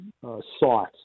sought